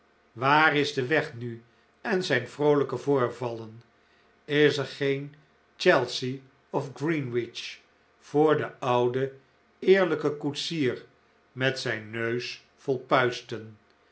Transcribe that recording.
waar is de weg nu en zijn vroolijke voorvallen is er geen chelsea of greenwich voor den ouden eerlijken koetsier met zijn neus vol